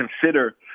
consider